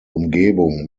umgebung